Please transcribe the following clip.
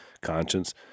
conscience